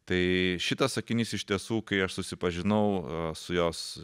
tai šitas sakinys iš tiesų kai aš susipažinau su jos